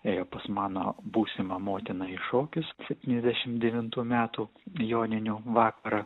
ėjo pas mano būsimą motiną į šokius septyniasdešim devintų metų joninių vakarą